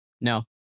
No